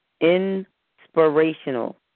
inspirational